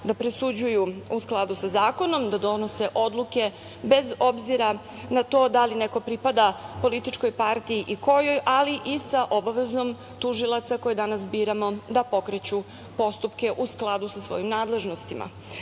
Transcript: da presuđuju u skladu sa zakonom, da donose odluke bez obzira na to da li neko pripada političkoj partiji i kojoj, ali i sa obavezom tužilaca koje danas biramo da pokreću postupke u skladu sa svojim nadležnostima. Tako